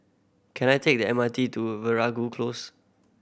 can I take the M R T to Veeragoo Close